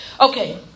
Okay